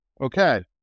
Okay